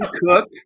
cook